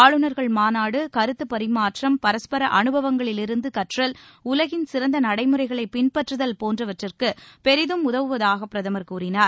ஆளுநர்கள் மாநாடு கருத்துப் பரிமாற்றம் பரஸ்பர அனுபவங்களிலிருந்து கற்றல் உலகின் சிறந்த நடைமுறைகளை பின்பற்றுதல் போன்றவற்றுக்கு பெரிதும் உதவுவதாக பிரதமர் கூறினார்